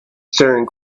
staring